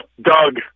Doug